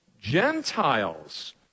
Gentiles